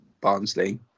Barnsley